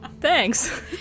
thanks